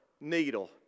needle